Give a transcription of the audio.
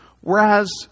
Whereas